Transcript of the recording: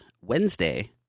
Wednesday